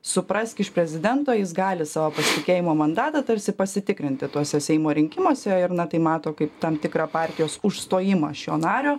suprask iš prezidento jis gali savo pasitikėjimo mandatą tarsi pasitikrinti tuose seimo rinkimuose ir na tai mato kaip tam tikrą partijos užstojimą šio nario